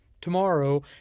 tomorrow